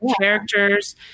characters